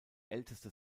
älteste